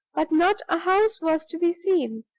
but not a house was to be seen,